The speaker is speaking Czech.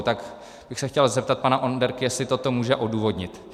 Tak bych se chtěl zeptat pana Onderky, jestli toto může odůvodnit.